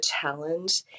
challenge